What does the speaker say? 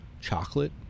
chocolate